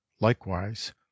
likewise